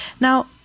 Now